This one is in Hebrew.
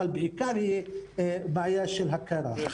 אבל בעיקר היא בעיה של הכרה.